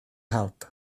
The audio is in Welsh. help